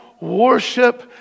worship